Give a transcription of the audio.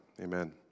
Amen